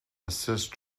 assist